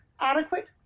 adequate